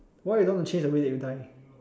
why you don't want to change the way that you die